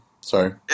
Sorry